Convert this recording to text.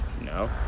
No